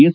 S